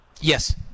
Yes